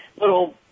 little